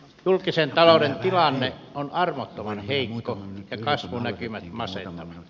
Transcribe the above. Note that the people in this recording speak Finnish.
julkisen talouden tilanne on armottoman heikko ja kasvunäkymät masentavat